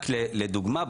רק לדוגמה,